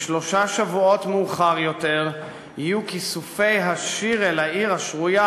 שלושה שבועות מאוחר יותר יהיו כיסופי השיר אל העיר השרויה